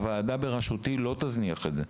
הוועדה בראשותי לא תזניח את זה.